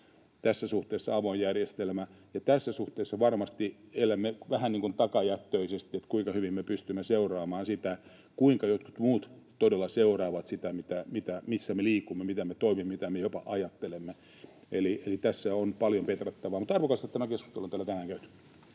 tässä suhteessa avoin järjestelmä. Tässä suhteessa varmasti elämme vähän niin kuin takajättöisesti sen suhteen, kuinka hyvin pystymme seuraamaan sitä, kuinka jotkut muut todella seuraavat sitä, missä me liikumme, miten me toimimme, mitä me jopa ajattelemme. Eli tässä on paljon petrattavaa, mutta on arvokasta, että tämä keskustelu on täällä tänään käyty.